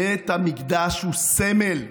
בית המקדש הוא סמל.